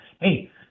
hey